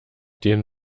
denen